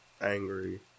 angry